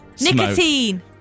Nicotine